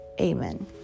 Amen